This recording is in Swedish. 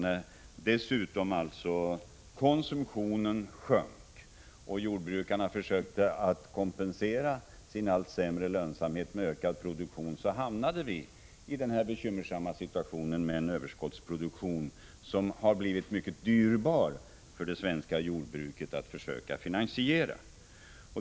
När dessutom konsumtionen sjönk och jordbrukarna försökte kompensera sin allt sämre lönsamhet med ökad produktion, hamnade vi i denna bekymmersamma situation med en överskottsproduktion, som det har blivit mycket dyrbart för det svenska jordbruket att försöka finansiera.